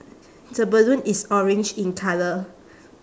the balloon is orange in colour